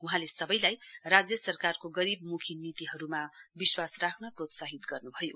वहाँले सबैलाई राज्य सरकारको गरीबमुखी नीतिहरूमा विश्वास राख्न प्रोत्साहित गर्नुभयो